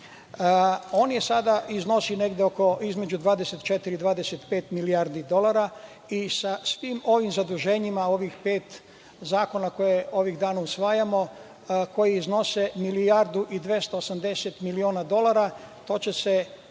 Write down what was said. On sada iznosi negde između 24 i 25 milijardi dolara i sa svim ovim zaduženjima, ovih pet zakona koje ovih dana usvajamo, koji iznose milijardu i 280 miliona dolara, to će se približiti